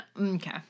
Okay